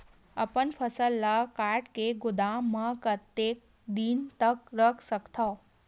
अपन फसल ल काट के गोदाम म कतेक दिन तक रख सकथव?